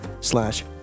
slash